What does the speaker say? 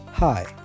Hi